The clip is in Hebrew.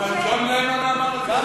ג'ון לנון אמר את זה.